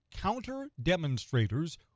counter-demonstrators